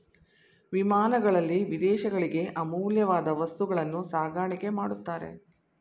ವಿಮಾನಗಳಲ್ಲಿ ವಿದೇಶಗಳಿಗೆ ಅಮೂಲ್ಯವಾದ ವಸ್ತುಗಳನ್ನು ಸಾಗಾಣಿಕೆ ಮಾಡುತ್ತಾರೆ